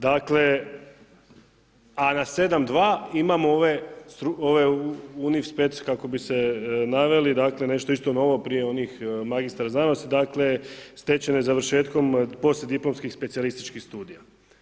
Dakle a na 7.2 imamo ove univ.spec kako bi se naveli, dakle nešto isto novo prije onih magistar znanosti, dakle stečene završetkom poslijediplomskim specijalističkih studija.